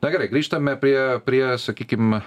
na gerai grįžtame prie prie sakykim